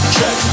Check